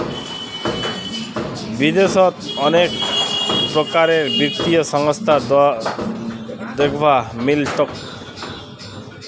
विदेशत अनेक प्रकारेर वित्तीय संस्थान दख्वा मिल तोक